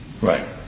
Right